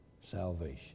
salvation